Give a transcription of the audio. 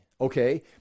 Okay